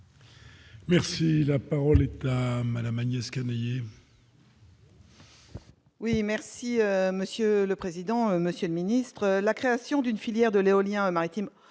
Merci, la parole est à madame Agnès Canayer.